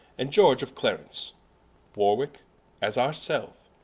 and george of clarence warwicke as our selfe,